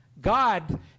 god